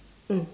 mm